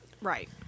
right